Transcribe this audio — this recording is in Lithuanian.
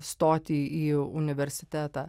stoti į universitetą